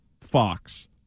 Fox